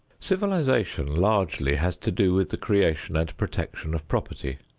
civilization largely has to do with the creation and protection of property.